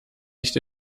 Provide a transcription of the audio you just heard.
nicht